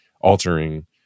altering